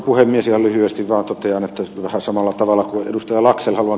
ihan lyhyesti vaan totean että vähän samalla tavalla kuin ed